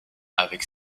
avec